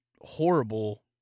horrible